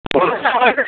বৰদেউতা হয়নে